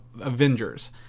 Avengers